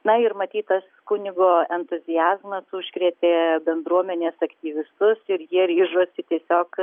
na ir matytas kunigo entuziazmas užkrėtė bendruomenės aktyvistus ir jie ryžosi tiesiog